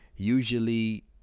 usually